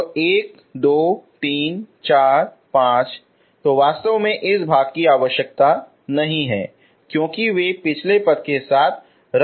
तो एक दो तीन चार पांच तो वास्तव में इस भाग की आवश्यकता नहीं है क्योंकि वे पिछले पद के साथ रद्द हो जाते हैं